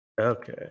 Okay